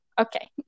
Okay